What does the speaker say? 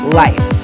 life